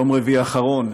יום רביעי האחרון,